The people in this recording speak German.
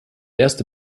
erste